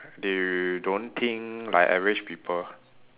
they don't think like average people